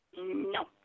No